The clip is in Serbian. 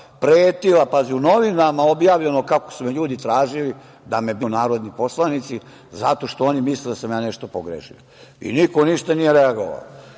pretila, pazi u novinama objavljeno kako su me ljudi tražili da me biju narodni poslanici zato što oni misle da sam ja nešto pogrešio i niko ništa nije reagovao. Ne